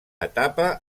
etapa